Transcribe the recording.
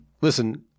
Listen